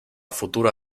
futura